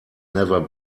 never